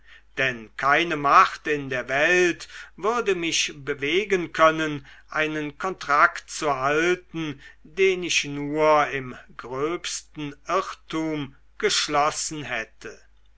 denn keine macht in der welt würde mich bewegen können einen kontrakt zu halten den ich nur im gröbsten irrtum geschlossen hätte